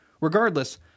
Regardless